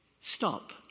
stop